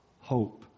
hope